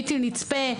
בלתי נצפה,